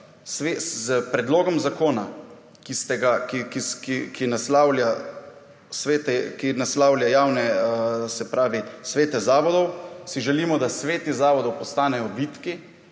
S predlogom zakona, ki naslavlja javne se pravi svete zavodov si želimo, da sveti zavodov postanejo vitki,